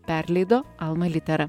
perleido alma litera